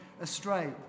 astray